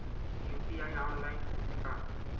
UPI online होथे का?